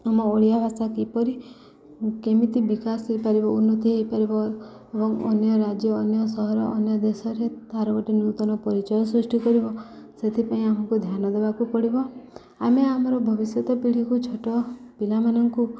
ଆମ ଓଡ଼ିଆ ଭାଷା କିପରି କେମିତି ବିକାଶ ହେଇପାରିବ ଉନ୍ନତି ହେଇପାରିବ ଏବଂ ଅନ୍ୟ ରାଜ୍ୟ ଅନ୍ୟ ସହର ଅନ୍ୟ ଦେଶରେ ତାର ଗୋଟେ ନୂତନ ପରିଚୟ ସୃଷ୍ଟି କରିବ ସେଥିପାଇଁ ଆମକୁ ଧ୍ୟାନ ଦେବାକୁ ପଡ଼ିବ ଆମେ ଆମର ଭବିଷ୍ୟତ ପିଢ଼ିକୁ ଛୋଟ ପିଲାମାନଙ୍କୁ